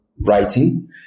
writing